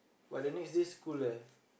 but the next day school leh